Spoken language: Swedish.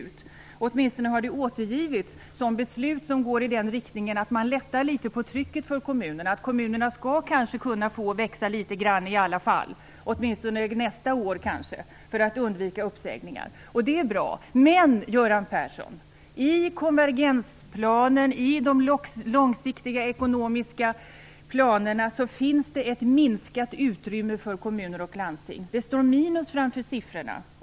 Det har åtminstone återgivits som beslut som går i den riktningen att man lättar litet på trycket för kommunerna, att kommunerna kanske skall kunna få växa litet grand i alla fall, åtminstone nästa år kanske, för att undvika uppsägningar. Det är bra. Men i konvergensplanen och i de långsiktiga ekonomiska planerna finns det ett minskat utrymme för kommuner och landsting, Göran Persson. Det står minus framför siffrorna.